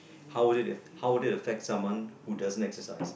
how would if how would it affect someone who doesn't exercise